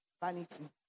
Vanity